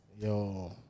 Yo